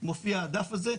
מופיע הדף הזה,